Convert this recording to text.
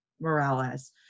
Morales